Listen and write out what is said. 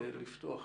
לפתוח ראשון,